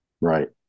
right